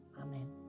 Amen